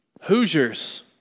Hoosiers